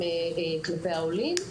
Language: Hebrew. כלפי העולים.